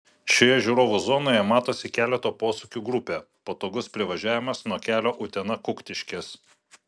šioje žiūrovų zonoje matosi keleto posūkių grupė patogus privažiavimas nuo kelio utena kuktiškės